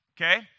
okay